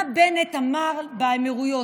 מה בנט אמר באמירויות?